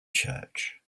church